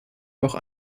auch